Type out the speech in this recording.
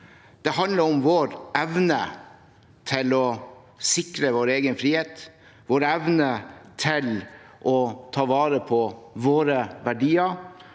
Det handler om vår evne til å sikre vår egen frihet, vår evne til å ta vare på våre verdier